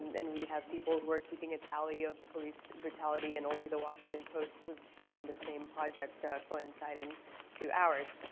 and we have people who are keeping a tally of police brutality and only the washington post was doing the same project coinciding to ours.